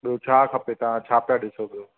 ॿियो छा खपे तव्हां छा पिया ॾिसो पियो